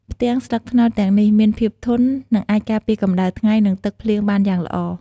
ផ្ទាំងស្លឹកត្នោតទាំងនេះមានភាពធន់ និងអាចការពារកម្ដៅថ្ងៃ និងទឹកភ្លៀងបានយ៉ាងល្អ។